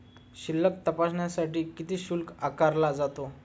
शिल्लक तपासण्यासाठी किती शुल्क आकारला जातो?